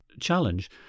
challenge